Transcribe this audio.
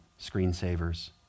screensavers